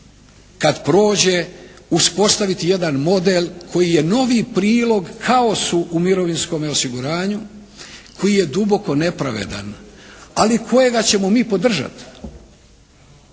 kada prođe uspostaviti jedan model koji je novi prilog kaosu u mirovinskome osiguranju koji je duboko nepravedan, ali kojega ćemo mi podržati.